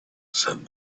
said